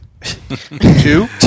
Two